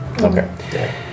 Okay